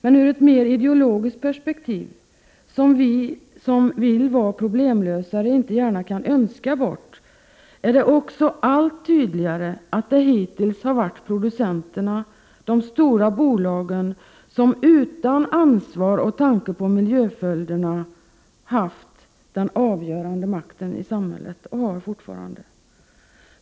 Men ur ett mer ideologiskt perspektiv, som vi som vill vara problemlösare inte gärna kan önska bort, är det också allt tydligare att det är producenterna, de stora bolagen som utan ansvar och tanke på miljöföljderna har haft, och fortfarande har, den avgörande makten i samhället.